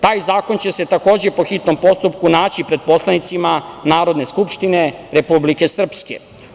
Taj zakon će se takođe po hitnom postupku naći pred poslanicima Narodne skupštine Republike Srpske.